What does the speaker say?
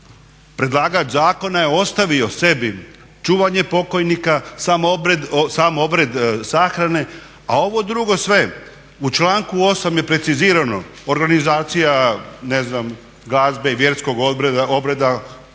predlagač zakona je ostavio sebi čuvanje pokojnika, sam obred sahrane, a ovo drugo sve u članku 8. je precizirano organizacija glazbe i vjerskog obreda,